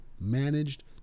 managed